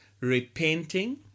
repenting